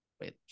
Wait